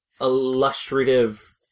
illustrative